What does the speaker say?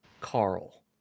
Carl